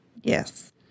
Yes